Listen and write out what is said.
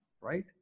right